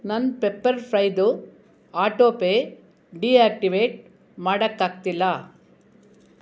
ನನ್ನ ಪೆಪ್ಪರ್ ಫ್ರೈದು autopay deactivate ಮಾಡೋಕ್ಕಾಗ್ತಿಲ್ಲ